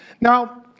Now